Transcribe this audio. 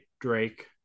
Drake